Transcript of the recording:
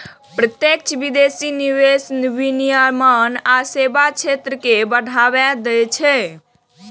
प्रत्यक्ष विदेशी निवेश विनिर्माण आ सेवा क्षेत्र कें बढ़ावा दै छै